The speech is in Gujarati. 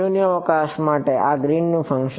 શૂન્યાવકાશ માટે આ ગ્રીનનું ફંકશન